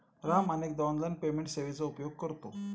राम अनेकदा online payment सेवेचा उपयोग करतो